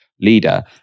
leader